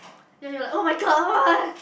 yea yea oh-my-god